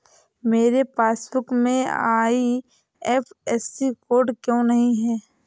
मेरे पासबुक में IFSC code क्यो नहीं है?